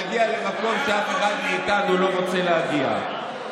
נגיע למקום שאף אחד מאיתנו לא רוצה להגיע אליו.